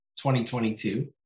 2022